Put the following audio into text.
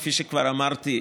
כפי שכבר אמרתי,